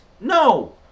No